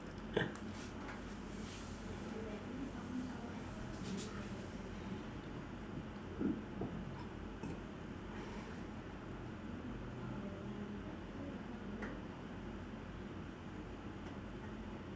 no